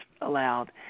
allowed